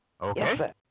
Okay